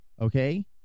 Okay